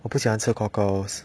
我不喜欢吃 cockles